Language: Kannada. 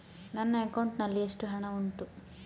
ನನ್ನ ಅಕೌಂಟ್ ನಲ್ಲಿ ಎಷ್ಟು ಹಣ ಉಂಟು?